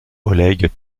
oleg